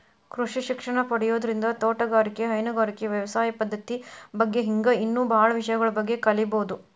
ಕೃಷಿ ಶಿಕ್ಷಣ ಪಡಿಯೋದ್ರಿಂದ ತೋಟಗಾರಿಕೆ, ಹೈನುಗಾರಿಕೆ, ವ್ಯವಸಾಯ ಪದ್ದತಿ ಬಗ್ಗೆ ಹಿಂಗ್ ಇನ್ನೂ ಬಾಳ ವಿಷಯಗಳ ಬಗ್ಗೆ ಕಲೇಬೋದು